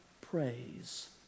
praise